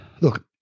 look